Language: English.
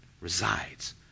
resides